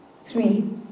three